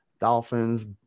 Dolphins